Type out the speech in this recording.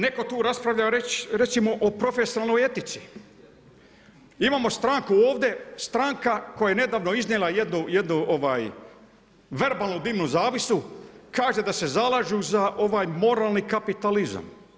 Neko tu raspravlja recimo o profesionalnoj etici, imamo stranku ovdje, stranka koja je nedavno iznijela jednu verbalnu dimnu zavjesu, kaže da se zalažu za moralni kapitalizam.